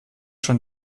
schon